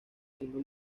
siendo